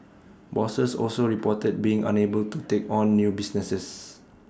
bosses also reported being unable to take on new business